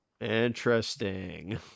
Interesting